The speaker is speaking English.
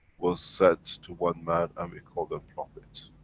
was set to one man, and we call them, prophets.